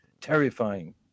terrifying